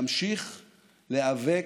להמשיך להיאבק,